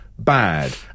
Bad